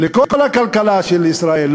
לכל הכלכלה של ישראל,